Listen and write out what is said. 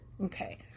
Okay